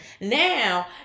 Now